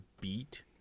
beat